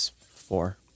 Four